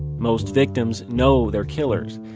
most victims know their killers.